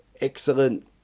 excellent